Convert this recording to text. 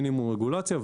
מינימום רגולציה,